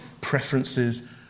preferences